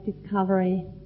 discovery